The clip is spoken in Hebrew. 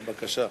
הבקשה.